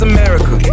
America